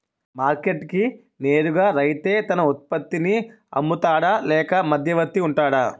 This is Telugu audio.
మార్కెట్ కి నేరుగా రైతే తన ఉత్పత్తి నీ అమ్ముతాడ లేక మధ్యవర్తి వుంటాడా?